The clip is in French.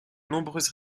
nombreuses